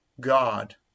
God